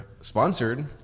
sponsored